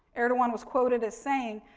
erdogan was quoted as saying,